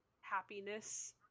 happiness